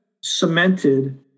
cemented